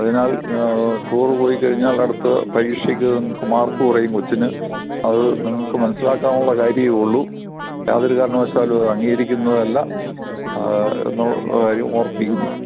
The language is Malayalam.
അതിനാൽ ടൂറ് പോയിക്കഴിഞ്ഞാൽ അടുത്ത പരീക്ഷയ്ക്ക് നിങ്ങൾക്ക് മാർക്ക് കുറയും കൊച്ചിന് അത് നിങ്ങൾക്ക് മനസിലാക്കാനുള്ള കാര്യമേ ഉള്ളൂ യാതൊരു കാരണവശാലും അത് അംഗീകരിക്കുന്നതല്ല എന്ന കാര്യം ഓർമിപ്പിക്കുന്നു